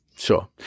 Sure